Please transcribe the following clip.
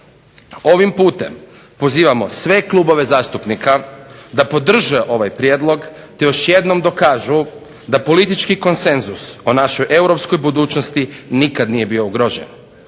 Ovim putem pozivamo sve klubove zastupnika da podrže ovaj prijedlog te još jednom dokažu da politički konsenzus o našoj Europskoj budućnosti nikad nije bio ugrožen.